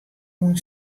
oan